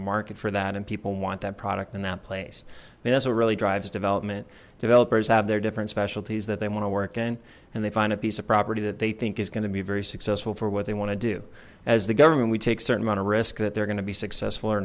market for that and people want that product in that place that's what really drives development developers have their different specialties that they want to work in and they find a piece of property that they think is going to be very successful for what they want to do as the government we take certain amount of risk that they're going to be successful or